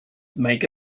make